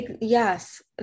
Yes